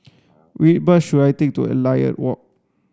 which bus should I take to Elliot Walk